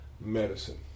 medicine